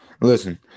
Listen